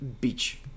Beach